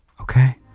okay